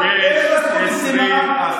אין לה זכות קדימה.